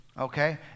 Okay